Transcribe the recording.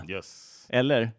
eller